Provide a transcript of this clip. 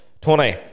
tony